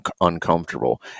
uncomfortable